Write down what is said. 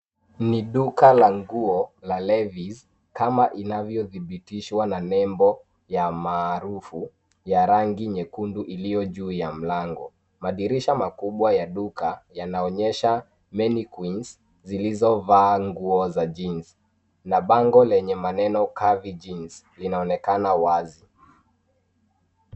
Ni duka la nguo la Levis kama inavyodhibitishwa na nembo ya maarufu ya rangi nyekundu iliyo juu ya mlango. Madirisha makubwa ya duka yanaonyesha mannequins zilozovaa nguo za jeans na bango lenye maneno curvy jeans linaonekana wazi.